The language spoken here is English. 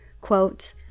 Quote